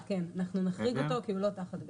כן, אנחנו נחריג אותו כי הוא לא תחת (ב).